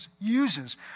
uses